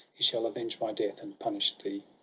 he shall avenge my death, and punish thee